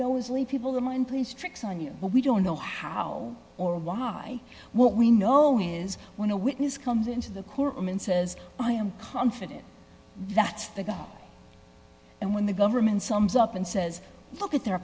knows leave people in mind please tricks on you but we don't know how or why what we know now is when a witness comes into the courtroom and says i am confident that's the guy and when the government sums up and says look at their